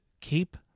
keep